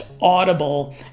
Audible